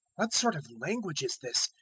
what sort of language is this?